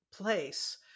place